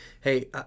hey